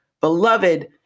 beloved